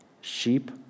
sheep